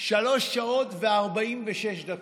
שלוש שעות ו-46 דקות,